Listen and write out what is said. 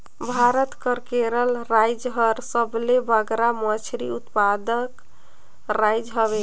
भारत कर केरल राएज हर सबले बगरा मछरी उत्पादक राएज हवे